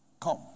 come